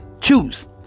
choose